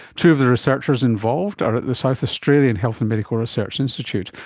two of the researchers involved are at the south australian health and medical research institute,